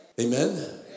amen